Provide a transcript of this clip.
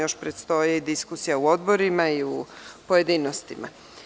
Još predstoji diskusija u odborima i u pojedinostima.